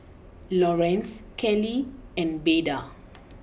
Lorenz Kellie and Beda